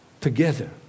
together